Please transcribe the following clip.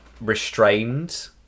restrained